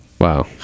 Wow